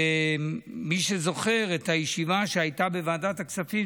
ומי שזוכר את הישיבה שהייתה בוועדת הכספים,